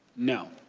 no.